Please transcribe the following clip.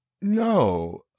No